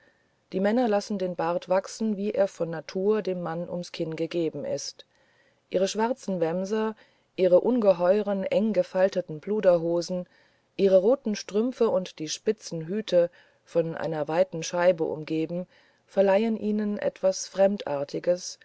die männer lassen den bart wachsen wie er von natur dem mann ums kinn gegeben ist ihre schwarzen wämser ihre ungeheuren enggefalteten pluderhosen ihre roten strümpfe und die spitzen hüte von einer weiten scheibe umgeben verleihen ihnen etwas fremdartiges